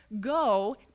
Go